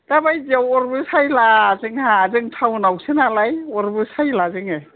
दा बायदिआव अरबो सायला जोंहा जों टाउनआवसो नालाय अरबो सायला जोङो